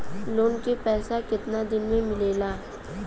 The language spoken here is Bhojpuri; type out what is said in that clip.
लोन के पैसा कितना दिन मे मिलेला?